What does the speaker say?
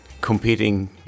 competing